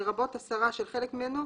לרבות הסרה של חלק ממנו,